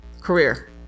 career